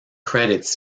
credits